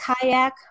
kayak